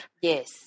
Yes